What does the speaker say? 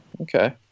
Okay